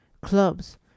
clubs